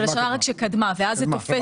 של השנה שקדמה ואז זה תופס אינפלציה.